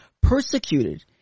persecuted